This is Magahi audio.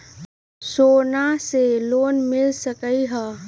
सोना से लोन मिल सकलई ह?